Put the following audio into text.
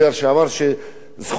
שזכותו,